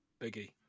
Biggie